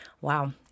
Wow